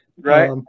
Right